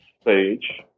stage